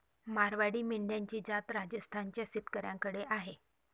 मारवाडी मेंढ्यांची जात राजस्थान च्या शेतकऱ्याकडे आहे